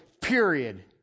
period